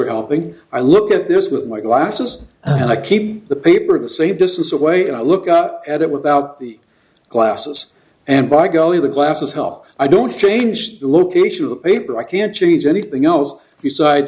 are helping i look at this with my glasses and i keep the paper the same distance away and i look up at it without the glasses and by golly the glasses help i don't change the location of the paper i can't change anything else besides